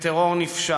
בטרור נפשע,